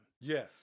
Yes